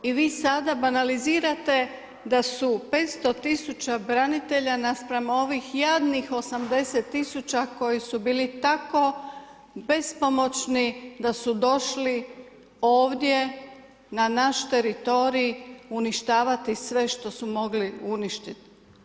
I vi sada banalizirate da su 500 000 branitelja naspram ovih jadnih 80 000koji su bili tako bespomoćni da su došli ovdje na naš teritorij uništavati sve što su mogli uništiti.